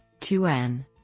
2N